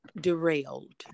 derailed